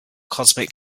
cosmic